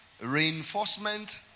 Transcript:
reinforcement